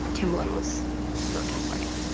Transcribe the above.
timbaland was looking for me.